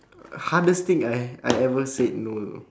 uh hardest thing I I ever said no no